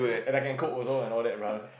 and I cook also and all that brother